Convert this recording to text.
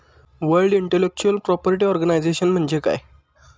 World intellectual property organisation म्हणजे काय?